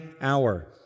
hour